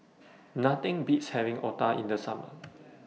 Nothing Beats having Otah in The Summer